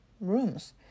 rooms